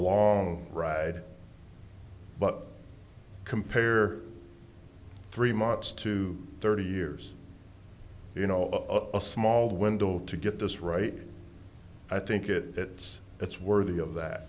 long ride but compare three months to thirty years you know of a small window to get this right i think it gets it's worthy of that